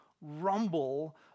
rumble